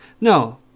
No